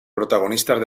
protagonistas